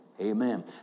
amen